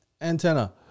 antenna